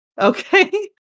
okay